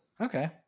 okay